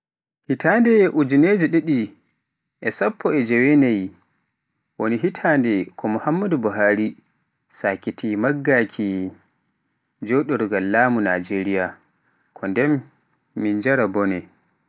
Hitande ujinere didi e sappo e jewenaayi woni hitande ko Muhammadu Buhari sakiti maggaki joɗorgaal laamu Najeriya, kondem min jaara bone.